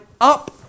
up